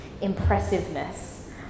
impressiveness